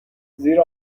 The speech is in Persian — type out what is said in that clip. زیرا